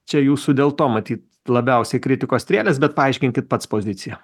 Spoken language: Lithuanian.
čia jūsų dėl to matyt labiausiai kritikos strėlės bet paaiškinkit pats poziciją